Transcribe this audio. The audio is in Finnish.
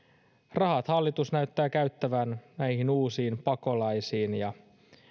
rahat hallitus näyttää käyttävän näihin uusiin pakolaisiin ja